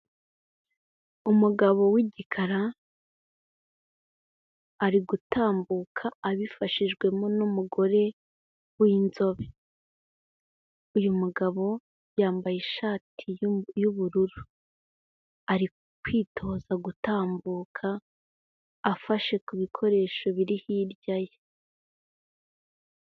Umugabo w'igikara arigutambuka abifashijwemo n'umugore w'inzobe. Uyumugabo yambaye ishati y'ubururu. Ari kwitoza gutambuka, afashe ku bikoresho biri hirya ye.